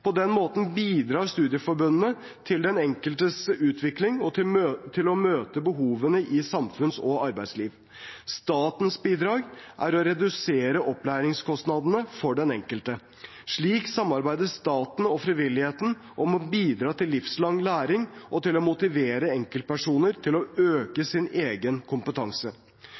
På denne måten bidrar studieforbundene til den enkeltes utvikling og til å møte behovene i samfunns- og arbeidslivet. Statens bidrag er å redusere opplæringskostnadene for den enkelte. Slik samarbeider staten og frivilligheten om å bidra til livslang læring, og til å motivere enkeltpersoner til å øke sin egen kompetanse.